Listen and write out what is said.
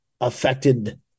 affected